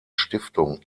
stiftung